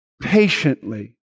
patiently